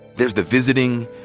there's the visiting,